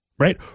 Right